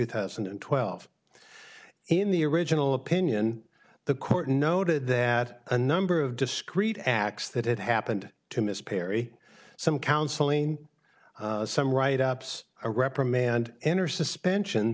thousand and twelve in the original opinion the court noted that a number of discreet acts that had happened to mr perry some counseling some write ups a reprimand enter suspension